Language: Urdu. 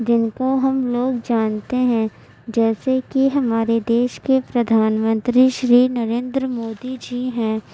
جن کو ہم لوگ جانتے ہیں جیسے کہ ہمارے دیش کے پردھان منتری شری نریندر مودی جی ہیں